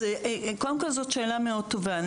קודם כול, זאת שאלה מאוד טובה.